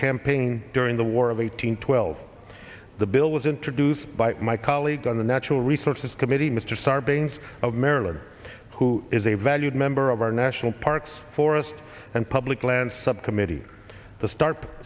campaign during the war of eighteen twelve the bill was introduced by my colleague on the natural resources committee mr sarbanes of maryland who is a valued member of our national parks forest and public land subcommittee of the start